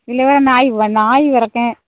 இதில் வேறு நாய் நாய் வளர்க்கேன்